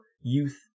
youth